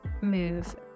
move